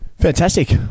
Fantastic